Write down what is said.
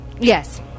Yes